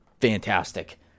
fantastic